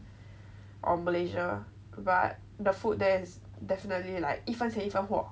or malaysia but the food there is definitely like 一分钱一分货